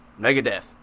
megadeth